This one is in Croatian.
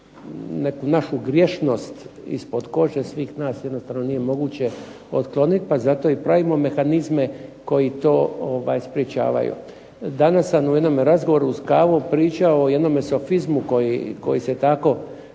neku našu grješnost ispod kože svih nas jednostavno nije moguće otkloniti pa zato i pravimo mehanizme koji to sprječavaju. Danas sam u jednome razgovoru uz kavu pričao o jednome sofizmu koji se tako